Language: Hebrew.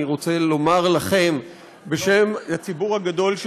אני רוצה לומר לכם בשם הציבור הגדול של